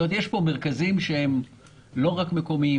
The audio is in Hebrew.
כלומר יש פה מרכזים שהם לא רק מקומיים,